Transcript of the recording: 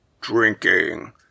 drinking